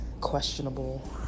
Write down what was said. questionable